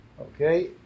Okay